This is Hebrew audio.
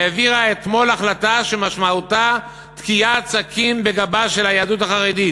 העבירה אתמול החלטה שמשמעותה תקיעת סכין בגבה של היהדות החרדית.